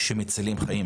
שמצילים חיים.